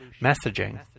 Messaging